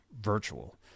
virtual